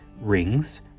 rings